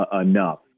enough